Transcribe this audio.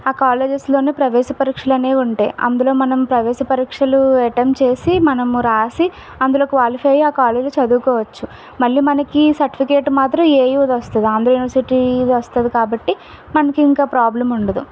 ఆ కాలేజెస్లోనూ ప్రవేశ పరీక్షలు అనేవి ఉంటాయి అందులో మనం ప్రవేశ పరీక్షలు అట్టెంప్ట్ చేసి మనము రాసి అందులో క్వాలిఫై అయ్యి ఆ కాలేజ్లో చదువుకోవచ్చు మళ్ళీ మనకి సర్టిఫికెట్ మాత్రం ఏయూది వస్తుంది ఆంధ్రా యూనివర్సిటీది వస్తుంది కాబట్టి మనకు ఇంక ప్రాబ్లెమ్ ఉండదు